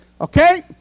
Okay